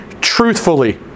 truthfully